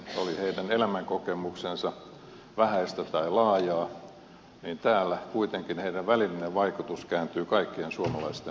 oli heidän elämänkokemuksensa vähäistä tai laajaa niin täällä kuitenkin heidän välillinen vaikutuksensa kääntyy kaikkien suomalaisten eduksi